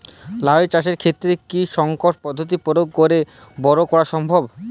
লাও চাষের ক্ষেত্রে কি সংকর পদ্ধতি প্রয়োগ করে বরো করা সম্ভব?